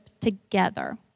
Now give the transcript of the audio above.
together